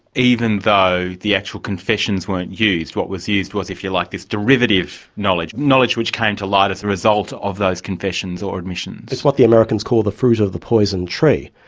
even though the actual confessions weren't used, what was used was, if you like this derivative knowledge, knowledge which came to light as the result of those confessions or admissions. it's what the americans called the fruit of the poison tree.